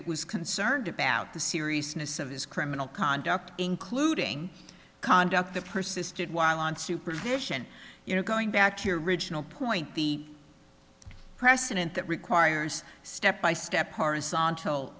it was concerned about the seriousness of his criminal conduct including conduct the persisted while on supervision you know going back to your original point the precedent that requires step by step